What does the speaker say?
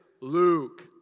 Luke